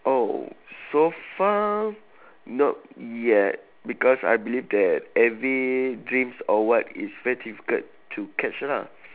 oh so far not yet because I believe that every dreams or what is very difficult to catch lah